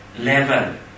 level